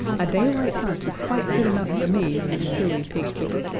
a daylight hunt is quite good enough for me, you silly pig keeper.